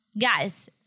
guys